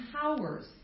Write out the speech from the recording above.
powers